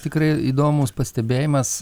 tikrai įdomus pastebėjimas